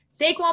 Saquon